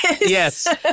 Yes